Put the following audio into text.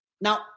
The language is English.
Now